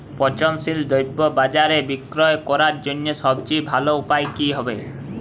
পচনশীল দ্রব্য বাজারে বিক্রয় করার জন্য সবচেয়ে ভালো উপায় কি হবে?